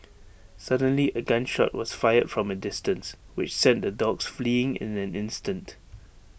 suddenly A gun shot was fired from A distance which sent the dogs fleeing in an instant